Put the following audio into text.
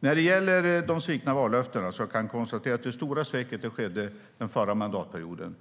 När det gäller de svikna vallöftena kan jag konstatera att det stora sveket skedde under den förra mandatperioden.